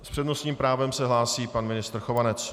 S přednostním právem se hlásí pan ministr Chovanec.